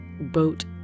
boat